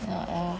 ya ya